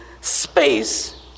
space